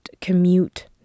commute